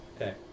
Okay